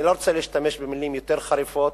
אני לא רוצה להשתמש במלים יותר חריפות,